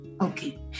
Okay